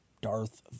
Darth